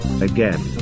again